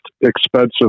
expensive